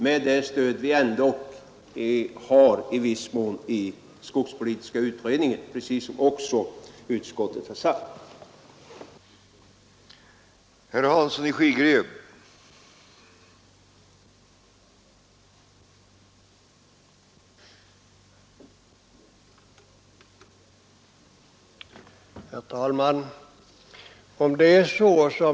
Med det stöd som vi dessutom ändå i viss mån har i skogspolitiska utredningen, vilket utskottet också omnämnt, kan vi gå till beslut enligt utskottets förslag.